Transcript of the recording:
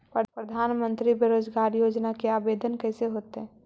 प्रधानमंत्री बेरोजगार योजना के आवेदन कैसे होतै?